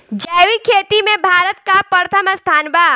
जैविक खेती में भारत का प्रथम स्थान बा